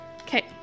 Okay